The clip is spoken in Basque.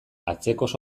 atzekoz